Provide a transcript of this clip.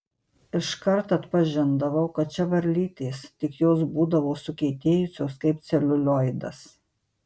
iškart atpažindavau kad čia varlytės tik jos būdavo sukietėjusios kaip celiulioidas